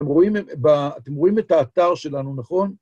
אתם רואים ב... אתם רואים את האתר שלנו, נכון?